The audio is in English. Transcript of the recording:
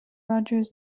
rogers